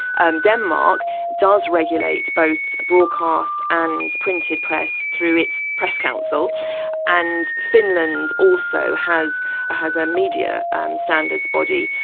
um denmark does regulate both broadcast and printed press through its press council and finland also has has a media and standards body,